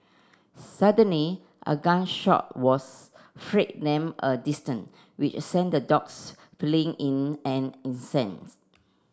suddenly a gun shot was a distance which sent the dogs fleeing in an instant